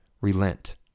relent